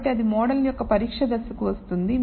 కాబట్టి అది మోడల్ యొక్క పరీక్ష దశకు వస్తుంది